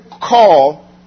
call